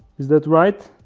is that right?